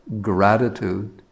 gratitude